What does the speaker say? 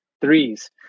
threes